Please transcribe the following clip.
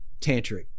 tantric